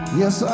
yes